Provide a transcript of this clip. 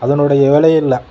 அது என்னுடைய வேலையும் இல்லை